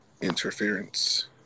Interference